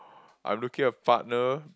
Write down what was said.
I'm looking a partner